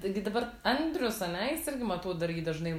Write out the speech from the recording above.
taigi dabar andrius a ne jis irgi matau dar jį dažnai